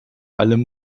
allem